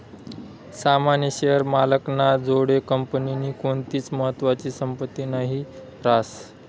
सामान्य शेअर मालक ना जोडे कंपनीनी कोणतीच महत्वानी संपत्ती नही रास